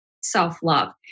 self-love